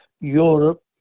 Europe